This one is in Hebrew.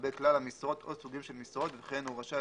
לגבי כלל המשרות או סוגים של משרות וכן הוא רשאי